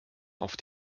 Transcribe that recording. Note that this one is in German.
auf